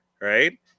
right